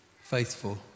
faithful